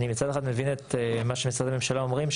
אני מצד אחד מבין את מה שמשרדי הממשלה אומרים,